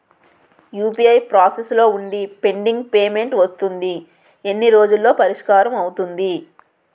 UPI process లో వుందిపెండింగ్ payment వస్తుంది ఎన్ని రోజుల్లో పరిష్కారం అవుతుంది